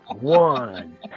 one